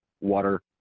water